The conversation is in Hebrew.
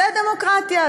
זה דמוקרטיה,